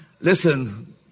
listen